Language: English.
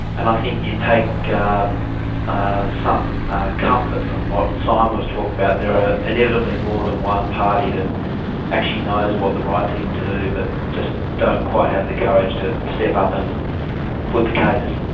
and i think you take um ah some comfort from what simon was talking about. there are inevitably more than one party that actually knows what the right thing to do, but just don't quite have the courage to step up and put the case.